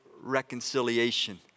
reconciliation